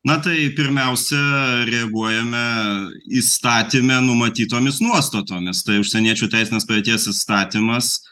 na tai pirmiausia reaguojame įstatyme numatytomis nuostatomis tai užsieniečių teisinės padėties įstatymas